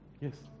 yes